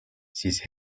siis